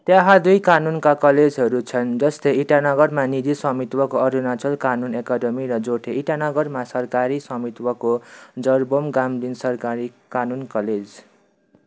त्यहाँ दुई कानुनका कलेजहरू छन् जस्तै इटानगरमा निजी स्वामित्वको अरुणाचल कानुन एकेडेमी र जोटे इटानगरमा सरकारी स्वामित्वको जरबोम गाम्लिन सरकारी कानुन कलेज